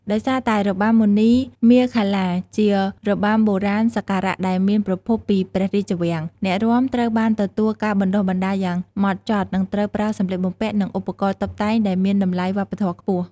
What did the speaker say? ដោយសារតែរបាំមុនីមាឃលា ជារបាំបុរាណសក្ការៈដែលមានប្រភពពីព្រះរាជវាំង អ្នករាំត្រូវបានទទួលការបណ្តុះបណ្តាលយ៉ាងម៉ត់ចត់ និងត្រូវប្រើសម្លៀកបំពាក់ និងឧបករណ៍តុបតែងដែលមានតម្លៃវប្បធម៌ខ្ពស់។